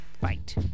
fight